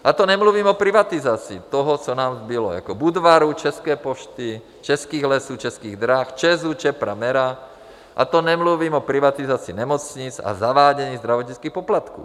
A to nemluvím o privatizaci toho, co nám zbylo, jako Budvaru, České pošty, českých lesů, Českých drah, ČEZu, Čepra, Mera, a to nemluvím o privatizaci nemocnic a zavádění zdravotnických poplatků.